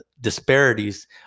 disparities